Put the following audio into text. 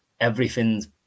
everything's